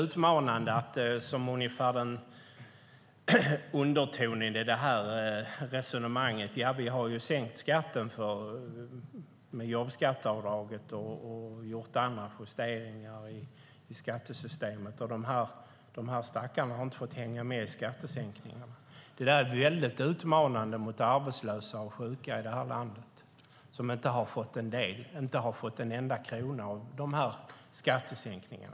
Undertonen i ert resonemang är att ni har sänkt skatten genom jobbskatteavdraget och gjort andra justeringar i skattesystemet men att dessa stackare inte har hängt med i skattsänkningarna. Det är mycket utmanande mot landets arbetslösa och sjuka som inte har fått en enda krona av dessa skattesänkningar.